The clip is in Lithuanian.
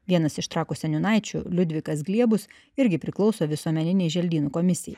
vienas iš trakų seniūnaičių liudvikas gliebus irgi priklauso visuomeninei želdynų komisijai